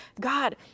God